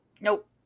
Nope